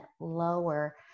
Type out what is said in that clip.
lower